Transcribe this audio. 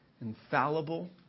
infallible